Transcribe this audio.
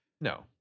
No